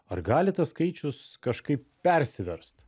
ar gali tas skaičius kažkaip persiverst